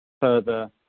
further